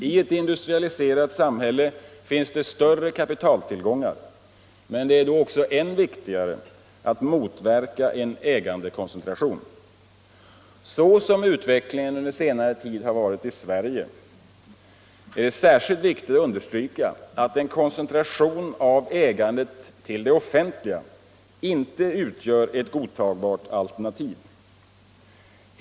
I ett industrialiserat samhälle finns det större kapitaltillgångar, men det är då också än viktigare att motverka en ägandekoncentration. Så som utvecklingen varit under senare tid i Sverige är det särskilt viktigt att understryka, att en koncentration av ägandet till det offentliga inte utgör ett godtagbart alternativ.